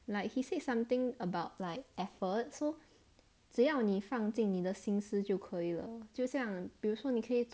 like he said something about like effort so 只要你放进你的心思就可以了就像比如说你可以